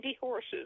horses